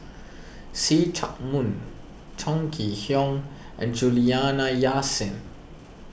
See Chak Mun Chong Kee Hiong and Juliana Yasin